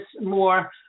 more